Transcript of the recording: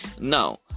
Now